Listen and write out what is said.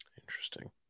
Interesting